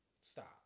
Stop